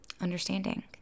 understanding